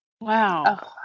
Wow